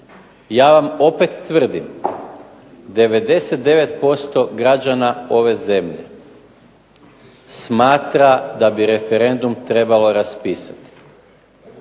Ja vam opet tvrdim 99% građana ove zemlje smatra da bi referendum trebalo raspisati.